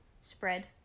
spread